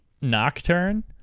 Nocturne